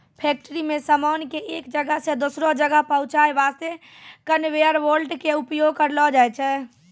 factory मॅ सामान कॅ एक जगह सॅ दोसरो जगह पहुंचाय वास्तॅ कनवेयर बेल्ट के उपयोग करलो जाय छै